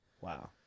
Wow